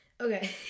Okay